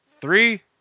Three